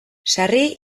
sarri